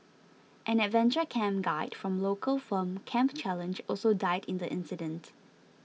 an adventure camp guide from local firm Camp Challenge also died in the incident